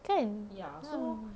kan ya mm